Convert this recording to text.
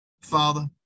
Father